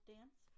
Dance